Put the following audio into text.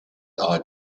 are